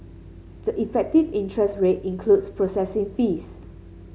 the effective interest rate includes processing fees